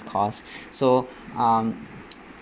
course so um